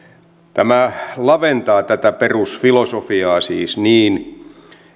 tämä laventaa tätä perusfilosofiaa siis niin